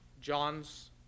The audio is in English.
John's